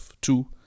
two